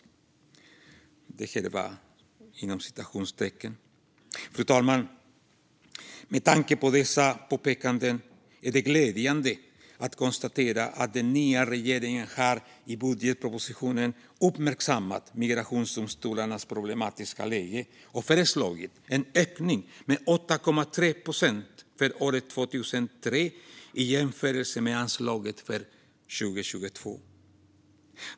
Fru talman! Med tanke på dessa påpekanden är det glädjande att konstatera att den nya regeringen i budgetpropositionen har uppmärksammat migrationsdomstolarnas problematiska läge och föreslagit en ökning med 8,3 procent för 2023 i jämförelse med anslaget för 2022.